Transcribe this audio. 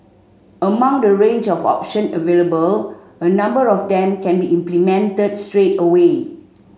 among the range of options available a number of them can be implemented straight away